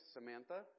Samantha